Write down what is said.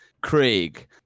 craig